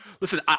Listen